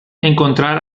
encontrar